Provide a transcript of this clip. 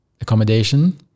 accommodation